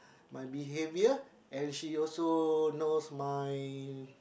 my behaviour and she also knows my